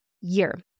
year